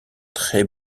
très